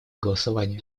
голосования